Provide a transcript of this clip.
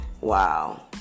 Wow